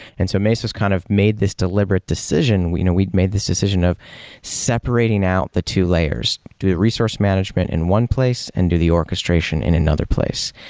and so mesos kind of made this deliberate decision. we'd we'd made this decision of separating out the two layers, do resource management in one place and do the orchestration in another place,